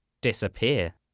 disappear